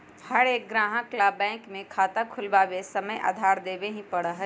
हर एक ग्राहक ला बैंक में खाता खुलवावे समय आधार देवे ही पड़ा हई